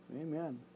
Amen